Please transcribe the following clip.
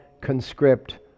conscript